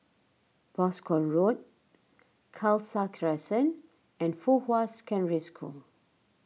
Boscombe Road Khalsa Crescent and Fuhua Secondary School